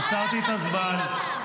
עצרתי את הזמן.